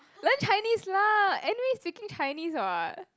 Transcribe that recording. learn Chinese lah anyway speaking Chinese [what]